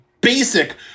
basic